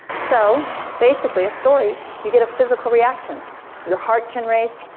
so basically a story, you get a physical reaction your heart can race,